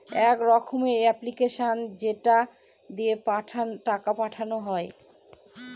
এক রকমের এপ্লিকেশান যেটা দিয়ে টাকা পাঠানো হয়